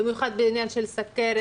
במיוחד בעניין של סכרת,